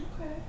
Okay